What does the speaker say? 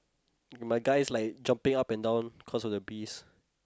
my guy is like jumping up and down cause of the bees